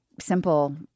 simple